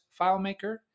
filemaker